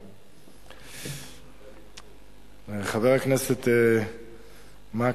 1. חבר הכנסת מקלב,